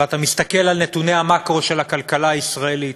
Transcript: ואתה מסתכל על נתוני המקרו של הכלכלה הישראלית,